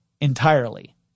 entirely